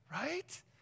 right